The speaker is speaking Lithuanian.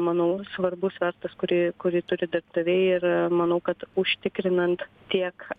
manau svarbus svertas kurį kurį turi dirbdaviai ir manau kad užtikrinant tiek